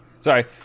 Sorry